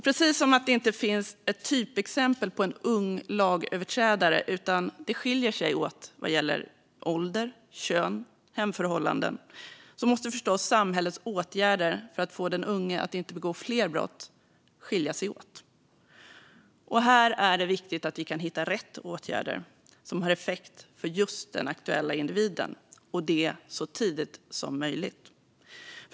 Eftersom det inte finns ett typexempel på en ung lagöverträdare - det skiljer sig åt vad gäller ålder, kön och hemförhållanden - måste förstås samhällets åtgärder för att få unga att inte begå fler brott skilja sig åt. Här är det viktigt att vi kan hitta rätt åtgärder, som har effekt för just den aktuella individen, och det så tidigt som möjligt.